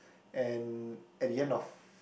and at the end of